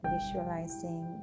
Visualizing